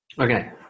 Okay